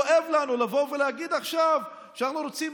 כואב לנו להגיד עכשיו שאנחנו רוצים